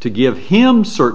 to give him certain